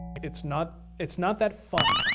it's not it's not that fun,